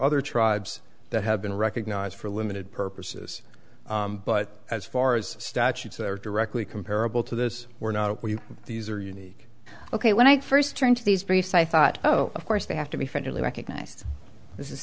other tribes that have been recognized for limited purposes but as far as statutes are directly comparable to this we're not we these are unique ok when i first turned to these briefs i thought oh of course they have to be federally recognized this is